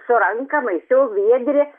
su ranka maišiau viedre